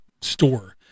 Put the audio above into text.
store